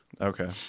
Okay